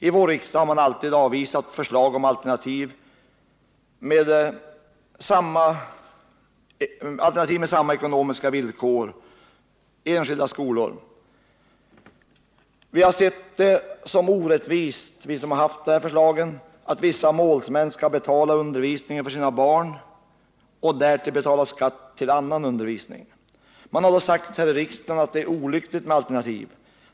I vår riksdag har man alltid avvisat förslag om alternativ med samma ekonomiska villkor som motiv — man har talat om enskilda skolor. Vi som fört fram förslagen har sett det som orättvist att vissa målsmän skall betala undervisningen för sina barn och därtill betala skatt till annan undervisning. Man har sagt här i riksdagen att det är olyckligt med alternativ.